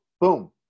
boom